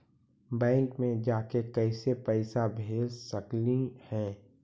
Bank मे जाके कैसे पैसा भेज सकली हे?